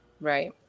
right